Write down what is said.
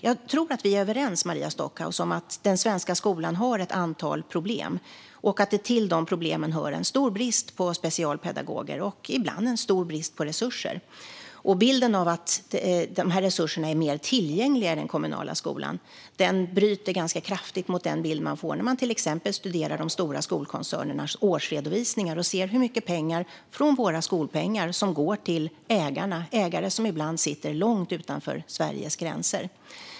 Jag tror att vi är överens, Maria Stockhaus, om att den svenska skolan har ett antal problem och att det till de problemen hör en stor brist på specialpedagoger och ibland en stor brist på resurser. Bilden att dessa resurser är mer tillgängliga i den kommunala skolan bryter ganska kraftigt mot den bild man får när man till exempel studerar de stora skolkoncernernas årsredovisningar och ser hur mycket pengar från våra skolpengar som går till ägarna - ägare som ibland sitter långt utanför Sveriges gränser.